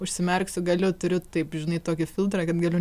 užsimerksiu galiu turiu taip žinai tokį filtrą kad galiu